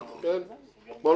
כמו,